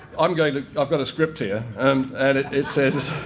i'm going to i've got a script here um and it it says